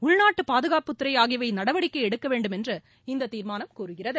உள்நாட்டு பாதுகாப்புத்துறை ஆகியவை நடவடிக்கை எடுக்கவேண்டும் என்று இந்த தீர்மானம் கோருகிறது